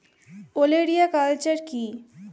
ওলেরিয়া কালচার কি?